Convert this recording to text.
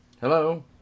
Hello